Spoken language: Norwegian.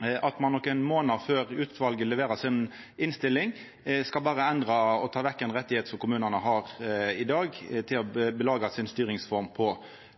ein nokre månader før utvalet leverer si innstilling, endrar kommunelova og tek vekk ein rettigheit som kommunane i dag har som grunnlag for si styringsform.